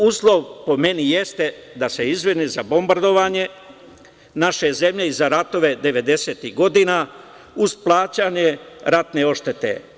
Uslov, po meni, jeste da se izvini za bombardovanje naše zemlje i za ratove 90-ih godina, uz plaćanje ratne odštete.